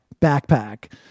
backpack